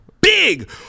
big